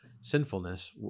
sinfulness